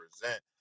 present